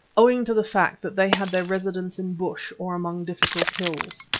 owing to the fact that they had their residence in bush or among difficult hills.